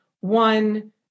one